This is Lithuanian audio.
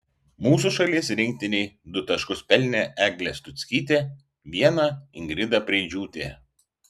mūsų šalies rinktinei du taškus pelnė eglė stuckytė vieną ingrida preidžiūtė